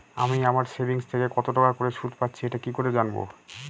আমি আমার সেভিংস থেকে কতটাকা করে সুদ পাচ্ছি এটা কি করে জানব?